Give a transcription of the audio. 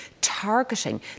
targeting